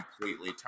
completely